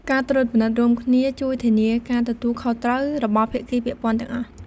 ការត្រួតពិនិត្យរួមគ្នាជួយធានាការទទួលខុសត្រូវរបស់ភាគីពាក់ព័ន្ធទាំងអស់។